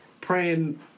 praying